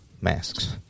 masks